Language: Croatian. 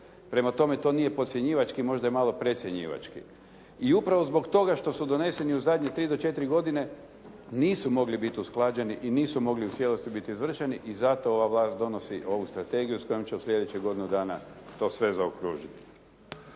Prema tome, to nije podcjenjivački, možda je malo precjenjivački. I upravo zbog toga što su doneseni u zadnje tri do četiri godine, nisu mogli biti usklađeni i nisu mogli u cijelosti biti izvršeni. I zato ova vlast donosi ovu strategiju s kojom će u sljedećih godinu dana to sve zaokružiti.